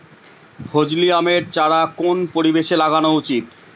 ফজলি আমের চারা কোন পরিবেশে লাগানো উচিৎ?